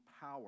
power